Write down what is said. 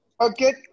Okay